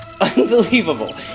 unbelievable